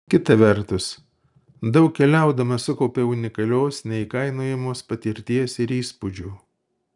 kita vertus daug keliaudama sukaupiau unikalios neįkainojamos patirties ir įspūdžių